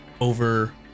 over